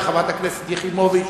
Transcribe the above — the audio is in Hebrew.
לחברת הכנסת יחימוביץ,